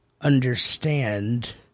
understand